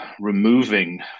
removing